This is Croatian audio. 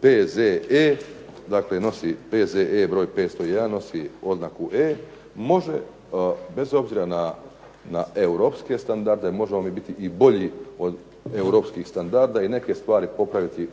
P.Z.E. Dakle, nosi P.Z.E. br. 501., nosi oznaku "E" može bez oznaku na europske standarde možemo mi biti i bolji od europskih standarda i neke stvari popraviti